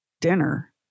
Dinner